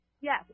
Yes